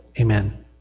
amen